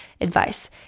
advice